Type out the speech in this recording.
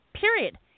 Period